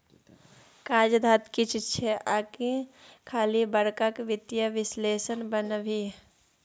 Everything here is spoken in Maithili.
काज धाज किछु छौ आकि खाली बड़का वित्तीय विश्लेषक बनभी